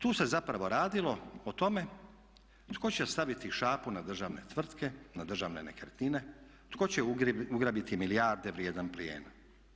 Tu se zapravo radilo o tome tko će staviti šapu na državne tvrtke, na državne nekretnine, tko će ugrabiti milijarde vrijedan plijen.